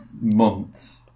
months